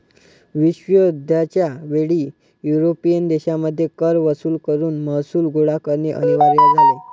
विश्वयुद्ध च्या वेळी युरोपियन देशांमध्ये कर वसूल करून महसूल गोळा करणे अनिवार्य झाले